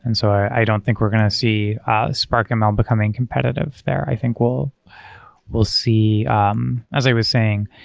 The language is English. and so i don't think we're going to see spark and ml becoming competitive there. i think we'll we'll see um as i was saying,